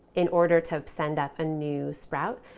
in order to send up a new sprout.